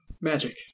magic